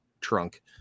trunk